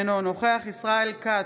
אינו נוכח ישראל כץ,